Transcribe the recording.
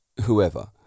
whoever